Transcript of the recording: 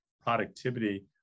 productivity